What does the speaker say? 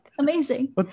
Amazing